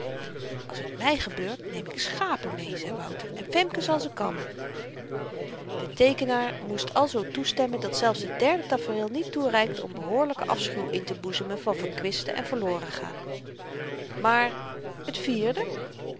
als t my gebeurt neem ik schapen mee zei wouter en femke zal ze kammen de teekenaar moet alzoo toestemmen dat zelfs het derde tafereel niet toereikt om behoorlyken afschuw inteboezemen van verkwisten en verloren gaan maar t vierde